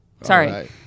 Sorry